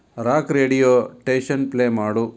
rock radio station play ಮಾಡು